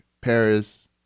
paris